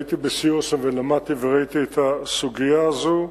הייתי בסיור שם ולמדתי וראיתי את הסוגיה הזאת.